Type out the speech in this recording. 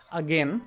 again